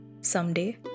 someday